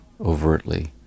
overtly